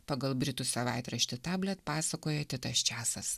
pagal britų savaitraštį tablet pasakoja titas česas